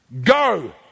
Go